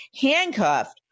handcuffed